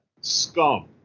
scum